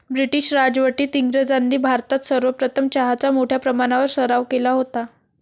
British राजवटीत इंग्रजांनी भारतात सर्वप्रथम चहाचा मोठ्या प्रमाणावर सराव केला होता